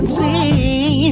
see